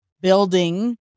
building